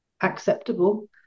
acceptable